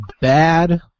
bad